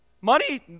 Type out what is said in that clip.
money